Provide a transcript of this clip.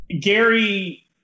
gary